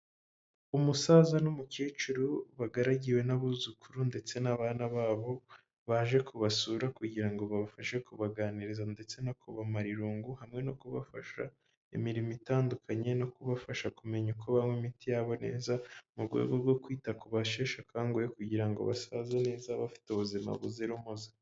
Umusaza n'umukecuru bagaragiwe n'abuzukuru ndetse n'abana babo, baje kubasura kugira ngo babafashe kubaganiriza ndetse no kubamara irungu, hamwe no kubafasha imirimo itandukanye, no kubafasha kumenya uko banywa imiti yabo neza, mu rwego rwo kwita ku basheshe akanguhe kugira ngo basaze neza, bafite ubuzima buzira umuze.